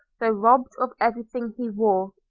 though robbed of everything he wore.